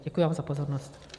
Děkuji vám za pozornost.